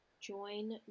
join